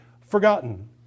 forgotten